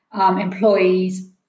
employees